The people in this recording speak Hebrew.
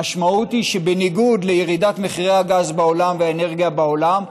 המשמעות היא שבניגוד לירידת מחירי הגז בעולם והאנרגיה בעולם,